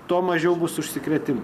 tuo mažiau bus užsikrėtimų